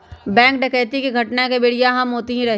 bank डकैती के घटना के बेरिया हम ओतही रही